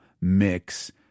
mix